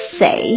say